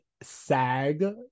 SAG